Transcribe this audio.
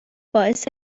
باعث